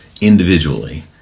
individually